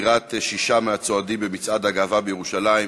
דקירת שישה מהצועדים במצעד הגאווה בירושלים,